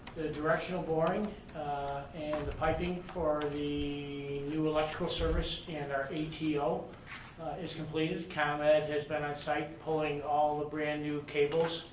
the directional boring and the piping for the new electrical service and our atl is completed. conlad had been on site pulling all the brand new cables